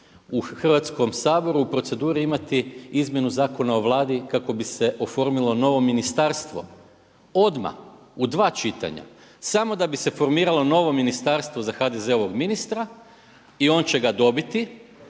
u Hrvatskom saboru u proceduri imati izmjenu Zakona o Vladi kako bi se oformilo novo ministarstvo odmah u dva čitanja samo da bi se formiralo novo ministarstvo za HDZ-ovog ministra i on će ga dobit,